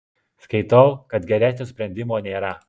skaitau kad geresnio sprendimo nėra